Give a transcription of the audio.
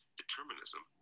determinism